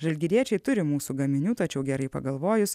žalgiriečiai turi mūsų gaminių tačiau gerai pagalvojus